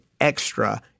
extra